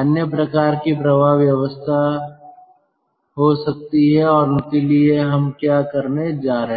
अन्य प्रकार की प्रवाह व्यवस्था हो सकती है और उनके लिए हम क्या करने जा रहे हैं